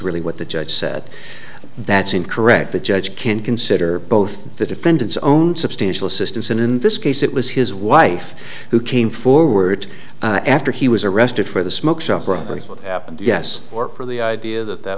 really what the judge said that's incorrect the judge can consider both the defendant's own substantial assistance and in this case it was his wife who came forward after he was arrested for the smoke's of robbery what happened yes or for the idea that that